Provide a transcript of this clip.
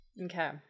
Okay